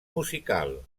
musical